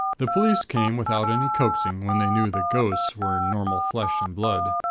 the police came without any coaxing, when they knew the ghosts were normal flesh and blood.